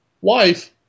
wife